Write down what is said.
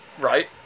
Right